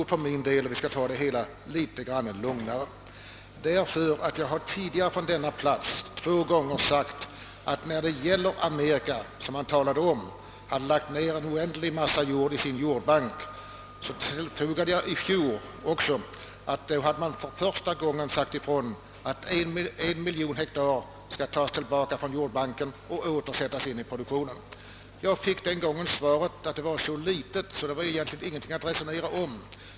För min del tror jag att vi bör ta det litet lugnare. När det gäller Amerika, som har oerhört stor mängd jord i sin jordbank, framhöll jag redan i fjol att det då för första gången sagts ifrån att 1 miljon hektar skulle tas tillbaka från jordbanken för att åter sättas in i produktionen. Jag fick vid det tillfället svaret att detta var så obetydligt att det egentligen inte var något att resonera om.